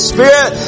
Spirit